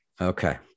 Okay